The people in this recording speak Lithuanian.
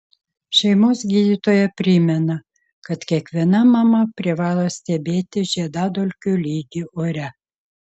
šeimos gydytoja primena kad kiekviena mama privalo stebėti žiedadulkių lygį ore